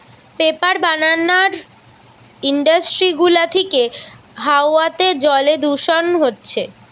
paper বানানার industry গুলা থিকে হাওয়াতে জলে দূষণ হচ্ছে